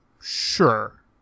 Sure